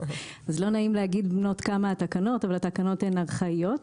לא נעים לומר בנות כמה התקנות אבל התקנות הן ארכאיות.